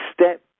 step